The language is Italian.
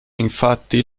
infatti